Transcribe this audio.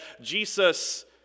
Jesus